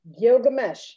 Gilgamesh